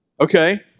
Okay